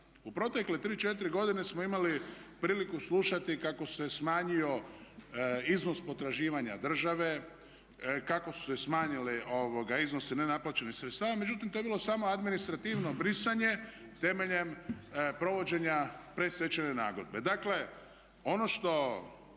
U protekle tri, četiri godine smo imali priliku slušati kako se smanjio iznos potraživanja države, kako su se smanjili iznosi nenaplaćenih sredstava međutim to je bilo samo administrativno brisanje temeljem provođenja predstečajne nagodbe.